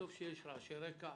וטוב שיש רעשי רקע